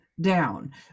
down